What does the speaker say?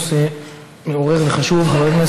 נושא מעורר וחשוב.